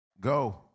go